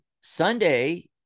Sunday